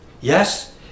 yes